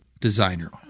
designer